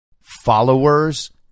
Followers